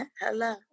Hello